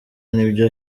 nibyo